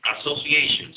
associations